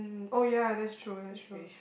oh ya that's true that's true